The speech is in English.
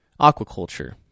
Aquaculture